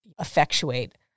effectuate